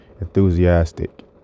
enthusiastic